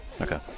Okay